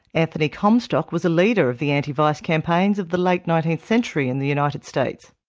anthony comstock was a leader of the anti-vice campaigns of the late nineteenth century in the united states.